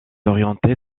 orientée